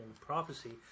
prophecy